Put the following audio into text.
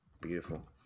Beautiful